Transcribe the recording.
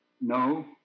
no